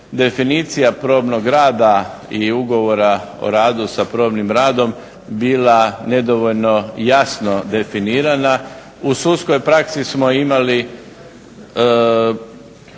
definicija probnog rada i ugovora o radu sa probnim radom bila nedovoljno jasno definirana, u sudskoj praksi smo imali